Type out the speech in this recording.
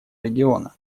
региона